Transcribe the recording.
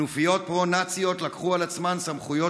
כנופיות פרו-נאציות לקחו על עצמן סמכויות